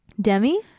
Demi